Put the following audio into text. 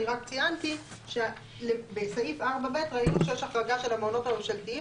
אני רק ציינתי שבסעיף 4(ב) ראינו שיש החרגה של המעונות הממשלתיים.